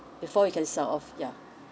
before you can sell off ya